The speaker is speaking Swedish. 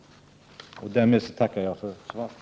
Därmed tackar jag för svaret.